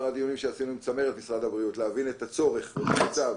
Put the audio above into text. הדיונים שעשינו עם צמרת משרד הבריאות להבין את הצורך בצו,